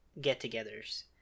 get-togethers